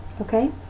okay